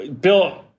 Bill